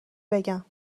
بگم